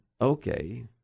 okay